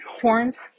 Horns